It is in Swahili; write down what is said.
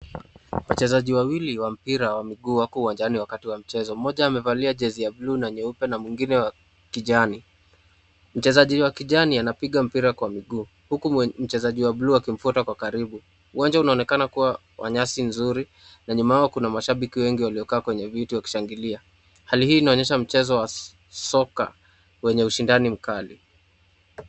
Wachezaji wawili wa mpira wa miguu wako uwanjani wakati wa mchezo. Mmoja amevalia jezi ya blue na nyeupe na mwingine kijani. Mchezaji wa kijani anapiga mpira kwa miguu, huku mchezaji wa blue akimfuata kwa karibu. Uwanja unaonekana kuwa wa nyasi nzuri, na nyuma yao kuna mashabiki wengi waliokaa kwenye viti wakishangilia. Hali hii inaonyesha mchezo wa soka wenye ushindani mkali.